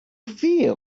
feel